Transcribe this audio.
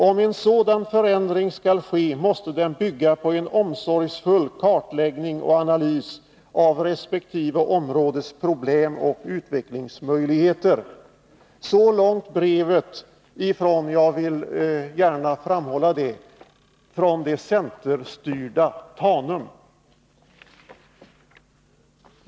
Om en sådan förändring skall ske måste den bygga på en omsorgsfull kartläggning och analys av respektive områdes problem och utvecklingsmöjligheter.” Så långt brevet ifrån — jag vill gärna framhålla det — det centerstyrda Tanum.